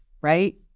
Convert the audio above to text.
right